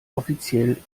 offiziell